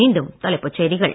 மீண்டும் தலைப்புச் செய்திகள்